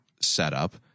setup